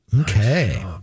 Okay